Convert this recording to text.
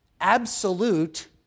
absolute